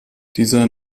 dieser